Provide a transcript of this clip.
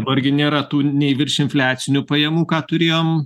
dabar gi nėra tų nei viršinfliacinių pajamų ką turėjom